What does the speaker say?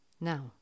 Now